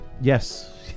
Yes